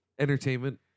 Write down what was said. Entertainment